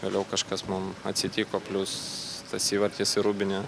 vėliau kažkas mum atsitiko plius tas įvartis į rūbinę